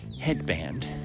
headband